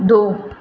ਦੋ